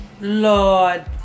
Lord